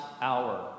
hour